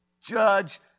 judge